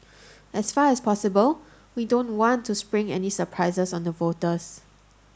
as far as possible we don't want to spring any surprises on the voters